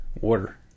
Water